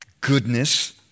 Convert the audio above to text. goodness